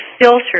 filtered